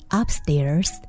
upstairs